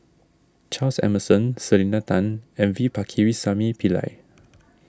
Charles Emmerson Selena Tan and V Pakirisamy Pillai